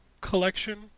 collection